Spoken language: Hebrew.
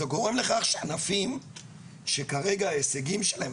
זה גורם לכך שענפים שכרגע ההישגים שלהם,